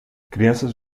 crianças